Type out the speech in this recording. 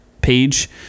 page